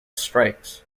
strikes